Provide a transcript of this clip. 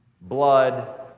blood